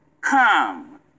Come